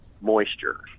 moisture